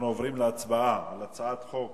אנחנו עוברים להצבעה בקריאה ראשונה על הצעת חוק